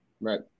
right